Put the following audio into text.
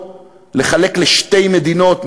לחלק לשתי מדינות,